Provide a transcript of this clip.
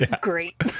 great